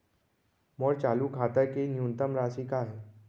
मोर चालू खाता के न्यूनतम राशि का हे?